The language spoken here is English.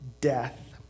death